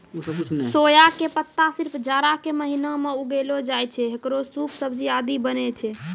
सोया के पत्ता सिर्फ जाड़ा के महीना मॅ उगैलो जाय छै, हेकरो सूप, सब्जी आदि बनै छै